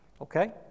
Okay